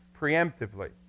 preemptively